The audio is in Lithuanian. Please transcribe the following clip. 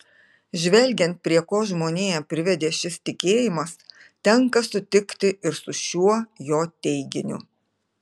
žvelgiant prie ko žmoniją privedė šis tikėjimas tenka sutikti ir su šiuo jo teiginiu